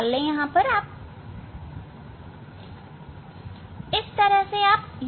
इस तरह आप u और v निकाल सकते हैं